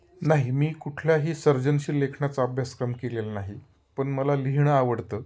नाही मी कुठल्याही सर्जनशील लेखनाचा अभ्यासक्रम केलेला नाही पण मला लिहिणं आवडतं